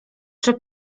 czy